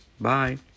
Bye